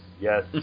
yes